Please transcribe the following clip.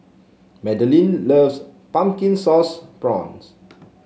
Madalyn loves Pumpkin Sauce Prawns